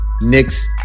Knicks